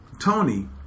Tony